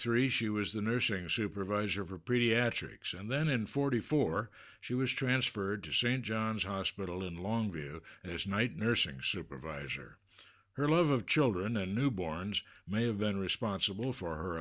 three she was the nursing supervisor for pretty attics and then in forty four she was transferred to st john's hospital in long view as night nursing supervisor her love of children and newborns may have been responsible for her